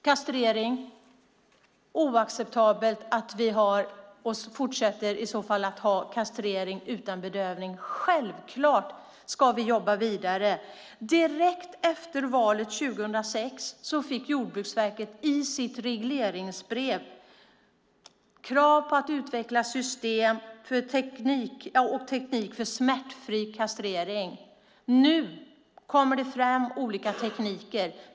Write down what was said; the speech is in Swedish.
Det är oacceptabelt att vi fortsätter med kastrering utan bedövning. Självfallet ska vi jobba vidare. Direkt efter valet 2006 fick Jordbruksverket i sitt regleringsbrev krav på att utveckla system och teknik för smärtfri kastrering. Nu kommer det fram olika tekniker.